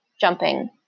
jumping